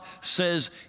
says